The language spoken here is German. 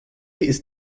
ist